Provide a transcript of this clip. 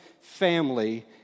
family